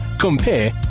compare